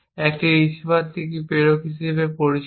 একটি রিসিভার প্রেরক হিসাবে পরিচিত